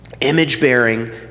image-bearing